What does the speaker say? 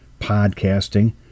podcasting